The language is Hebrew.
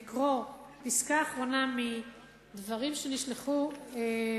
אני רוצה לקרוא פסקה אחרונה מדברים שנשלחו אלי,